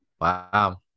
Wow